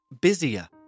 busier